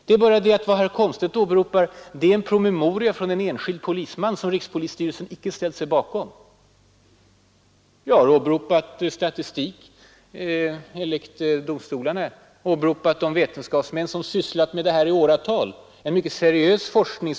Det är bara det att vad herr Komstedt åberopar är en promemoria från en enskild polisman som rikspolisstyrelsen inte ställt sig bakom. Jag har hänvisat till statistik från domstolarna och från de vetenskapsmän som arbetat med dessa frågor i åratal. Det är en mycket seriös forskning.